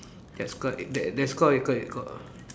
that's called that that's called you called you called